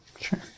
Sure